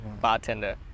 bartender